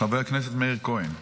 חבר הכנסת מאיר כהן,